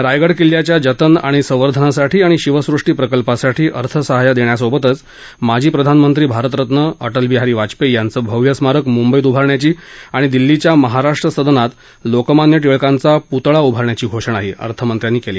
रायगड किल्ल्याच्या जतन आणि संवर्धनासाठी आणि शिवसुष्टी प्रकल्पासाठी अर्थसहाय्य देण्यासोबतच माजी प्रधानमंत्री भारतरत्न अटलबिहारी वाजपेयी यांचं भव्य स्मारक मुंबईत उभारण्याची आणि दिल्लीच्या महाराष्ट्र सदनात लोकमान्य टिळकांचा पुतळा उभारण्याची घोषणा अर्थमंत्र्यांनी केली